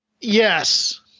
Yes